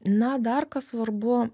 na dar kas svarbu